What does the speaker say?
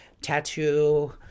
Tattoo